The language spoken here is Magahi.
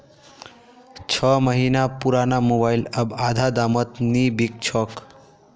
छो महीना पुराना मोबाइल अब आधा दामत नी बिक छोक